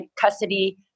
custody